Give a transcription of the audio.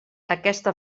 aquesta